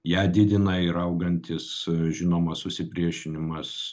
ją didina ir augantis žinoma susipriešinimas